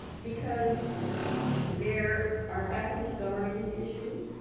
because there are faculty governance issues.